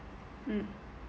mm